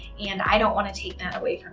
and i don't want to take that away